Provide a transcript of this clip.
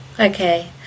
Okay